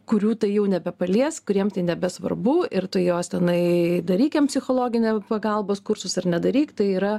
kurių tai jau nebepalies kuriems tai nebesvarbu ir tu juos tenai darykim psichologinė pagalbos kursus ar nedaryk tai yra